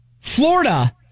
Florida